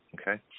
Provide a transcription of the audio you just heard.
Okay